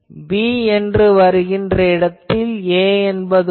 b என்பது வருகின்ற இடத்தில் a என்பது வரும்